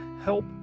help